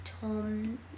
Tom